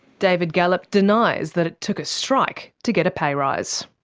david gallop denies that it took a strike to get a pay rise.